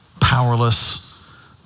powerless